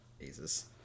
Jesus